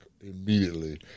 immediately